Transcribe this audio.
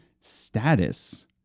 status